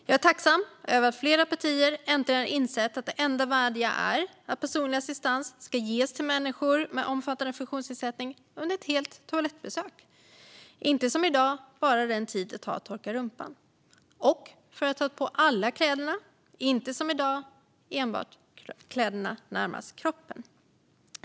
Jag är tacksam över att fler partier äntligen har insett att det enda värdiga är att personlig assistans ska ges till människor med omfattande funktionsnedsättning under ett helt toalettbesök, inte som i dag bara den tid det tar att torka rumpan, och för att ta på alla kläder, inte som i dag enbart kläderna närmast kroppen.